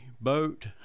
boat